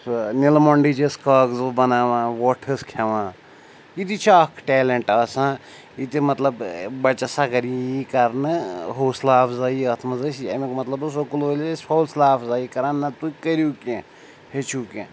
سُہ نِلہٕ مۄنٛڈٕج ٲسۍ کاغذوٗ بَناوان وۄٹھ ٲس کھٮ۪وان یہِ تہِ چھِ اَکھ ٹیلٮ۪نٛٹ آسان یہِ تہِ مطلب بَچَس اَگر یہِ یی کَرنہٕ حوصلہ اَفضایی اَتھ منٛز أسۍ اَمیُک مطلب اوس سکوٗل وٲلۍ ٲسۍ حوصلہ اَفضایی کَران نَہ تُہۍ کٔرِو کیٚنٛہہ ہیٚچھِو کیٚنٛہہ